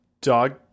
dog